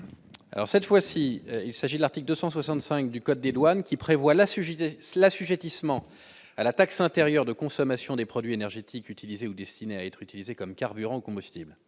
Alors cette fois-ci il s'agit de l'article 265 du code des douanes qui prévoit la CGT cela sujet tisse ment à la taxe intérieure de consommation des produits énergétiques utilisés ou destinés à être utilisés comme carburant combustibles